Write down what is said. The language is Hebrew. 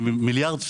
מיליארד שקלים,